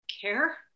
care